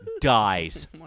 Dies